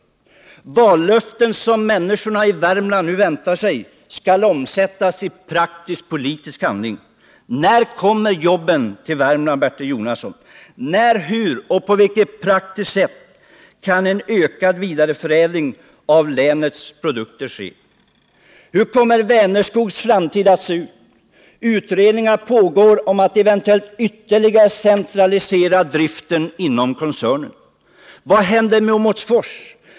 Dessa vallöften väntar människorna i Värmland sig nu skall omsättas i praktisk politisk handling. När kommer jobben till Värmland, Bertil Jonasson? När, hur och på vilket sätt kan en ökad vidareförädling av länets produkter ske? Hur kommer Vänerskogs framtid att se ut? Utredningar pågår om att eventuellt ytterligare centralisera driften inom koncernen. Vad händer med Åmotfors?